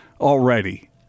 already